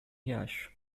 riacho